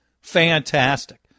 fantastic